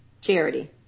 Charity